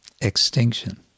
extinction